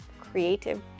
creative